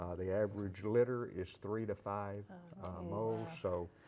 ah the average litter is three to five moles. so,